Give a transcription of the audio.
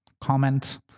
Comment